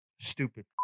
Stupid